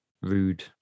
rude